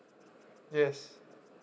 yes